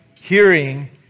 hearing